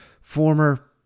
former